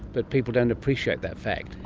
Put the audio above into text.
but people don't appreciate that fact.